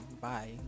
bye